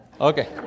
Okay